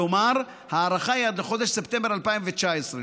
כלומר ההארכה היא עד לחודש ספטמבר 2019,